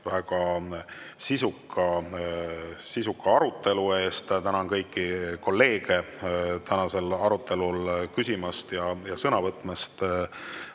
väga sisuka arutelu eest. Tänan kõiki kolleege tänasel arutelul küsimast ja sõna võtmast.